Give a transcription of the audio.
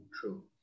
true